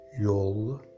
Yol